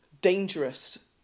dangerous